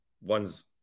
One's